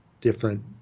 different